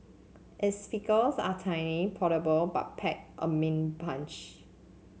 its speakers are tiny portable but pack a mean punch